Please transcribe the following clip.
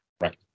Right